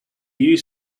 you